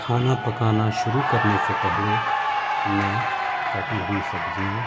کھانا پکانا شروع کرنے سے پہلے میں کٹی ہوئی سبزیاں